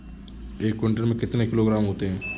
एक क्विंटल में कितने किलोग्राम होते हैं?